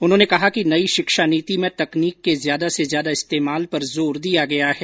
उन्होंने कहा कि नई शिक्षा नीति में तकनीक के ज्यादा से ज्यादा इस्तेमाल पर जोर दिया गया है